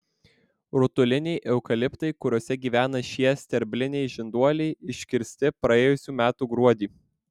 rutuliniai eukaliptai kuriuose gyvena šie sterbliniai žinduoliai iškirsti praėjusių metų gruodį